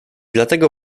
dlatego